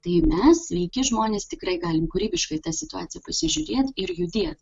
tai mes sveiki žmonės tikrai galim kūrybiškai į tą situaciją pasižiūrėt ir judėt